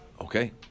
Okay